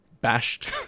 bashed